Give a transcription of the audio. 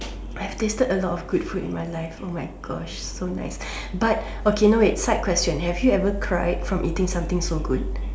I've tasted a lot of good food in my life oh my Gosh so nice but okay no wait side question have you ever cried from eating something so good